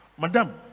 Madam